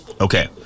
Okay